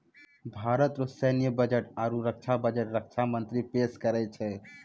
भारत रो सैन्य बजट आरू रक्षा बजट रक्षा मंत्री पेस करै छै